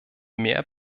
mehr